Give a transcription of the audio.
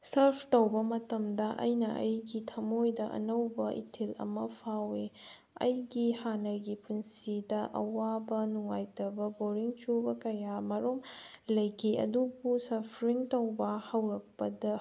surf ꯇꯧꯕ ꯃꯇꯝꯗ ꯑꯩꯅ ꯑꯩꯒꯤ ꯊꯃꯣꯏꯗ ꯑꯅꯧꯕ ꯏꯊꯤꯜ ꯑꯃ ꯐꯥꯎꯏ ꯑꯩꯒꯤ ꯍꯥꯟꯅꯒꯤ ꯄꯨꯟꯁꯤꯗ ꯑꯋꯥꯕ ꯅꯨꯡꯉꯥꯏꯇꯕ ꯄ꯭ꯔꯣꯕ꯭ꯂꯦꯝ ꯁꯨꯝꯕ ꯀꯌꯥ ꯃꯔꯨꯝ ꯂꯩꯈꯤ ꯑꯗꯨꯕꯨ ꯁꯞꯐ꯭ꯔꯤꯡ ꯇꯧꯕ ꯍꯧꯔꯛꯄꯗ